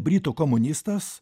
britų komunistas